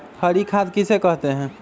हरी खाद किसे कहते हैं?